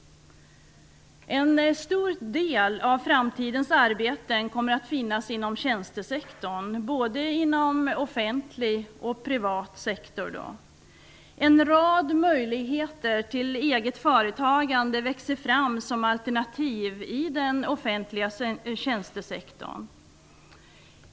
En stor del av framtidens arbeten kommer att finnas inom tjänstesektorn, både offentlig och privat sektor. En rad möjligheter till eget företagande växer fram som alternativ i den offentliga tjänstesektorn.